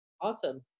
Awesome